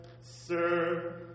Sir